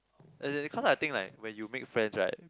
as in cause I think like when you make friends right